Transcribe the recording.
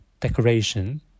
Decoration